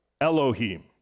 Elohim